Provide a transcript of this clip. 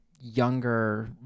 younger